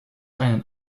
einen